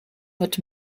wird